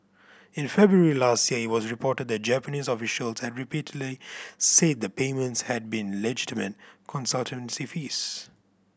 in February last year it was reported that Japanese official had repeatedly said the payments had been legitimate consultancy fees